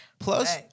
Plus